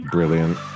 Brilliant